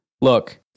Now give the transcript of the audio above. look